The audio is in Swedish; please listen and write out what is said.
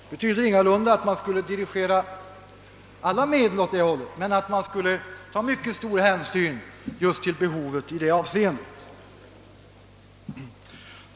Det betyder ingalunda att man skulle dirigera alla medel åt det hållet men väl att man skulle ta mycket stor hänsyn just till detta behov.